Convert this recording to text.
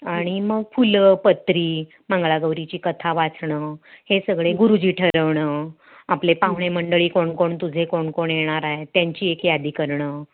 आणि मग फुलं पत्री मंगळागौरीची कथा वाचणं हे सगळे गुरुजी ठरवणं आपले पाहुणे मंडळी कोण कोण तुझे कोण कोण येणार आहे त्यांची एक यादी करणं